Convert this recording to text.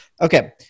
Okay